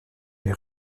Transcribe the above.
les